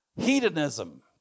Hedonism